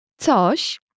Coś